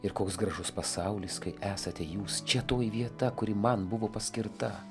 ir koks gražus pasaulis kai esate jūs čia toji vieta kuri man buvo paskirta